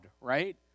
right